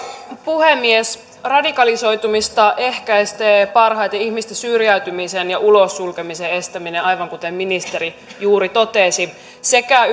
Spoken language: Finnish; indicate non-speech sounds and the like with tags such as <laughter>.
puhemies radikalisoitumista ehkäisee parhaiten ihmisten syrjäytymisen ja ulossulkemisen estäminen aivan kuten ministeri juuri totesi sekä <unintelligible>